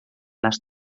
les